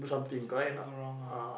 something go wrong mah